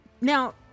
Now